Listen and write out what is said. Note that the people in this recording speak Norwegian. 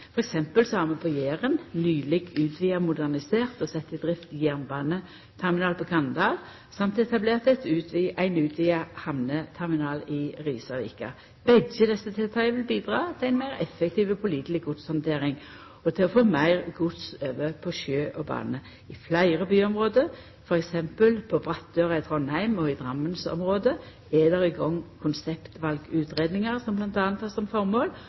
har vi på Jæren nyleg utvida, modernisert og sett i drift jernbaneterminal på Ganddal, og vi har etablert ein utvida hamneterminal i Risavika. Begge desse tiltaka vil bidra til ein meir effektiv og påliteleg godshandtering og til å få meir gods over på sjø og bane. I fleire byområde, som på Brattøra i Trondheim og i Drammen-området, er det i gang konseptvalutgreiingar som t.d. har som formål